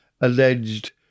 alleged